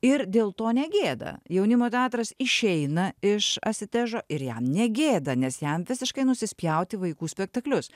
ir dėl to negėda jaunimo teatras išeina iš asitežo ir jam negėda nes jam visiškai nusispjaut į vaikų spektaklius